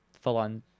full-on